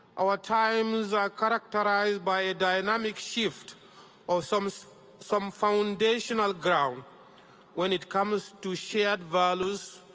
our times are characterized by a dynamic shift of some so some foundational ground when it comes to shared values,